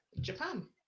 Japan